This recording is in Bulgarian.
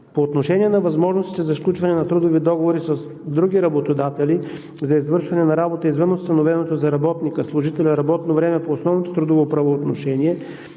По отношение на възможностите за сключване на трудови договори с други работодатели, за извършване на работа извън установеното за работника и служителя работно време по основното трудово правоотношение,